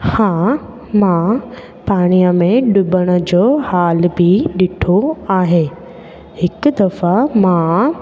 हा मां पाणीअ में डुबण जो हाल बि ॾिठो आहे हिकु दफ़ा मां